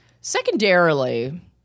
Secondarily